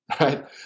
right